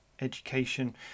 education